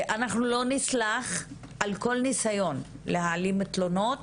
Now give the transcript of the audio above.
לא נסלח על כל ניסיון להעלים תלונות